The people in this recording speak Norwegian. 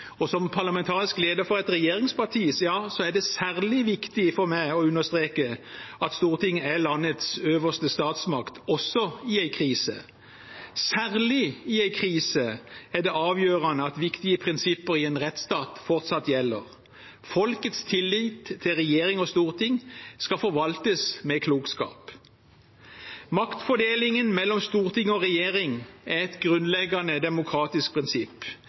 og som parlamentarisk leder for et regjeringsparti er det særlig viktig for meg å understreke at Stortinget er landets øverste statsmakt, også i en krise. Særlig i en krise er det avgjørende at viktige prinsipper i en rettsstat fortsatt gjelder. Folkets tillit til regjering og storting skal forvaltes med klokskap. Maktfordelingen mellom storting og regjering er et grunnleggende demokratisk prinsipp